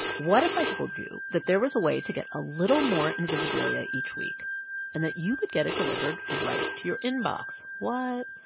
what if i told you that there was a way to get a little more invisibilia each week and that you could get it delivered right to your inbox? what?